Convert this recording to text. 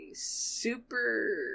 super